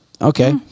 Okay